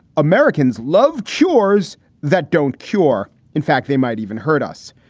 americans love cures that don't cure. in fact, they might even hurt us.